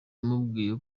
yamubwiye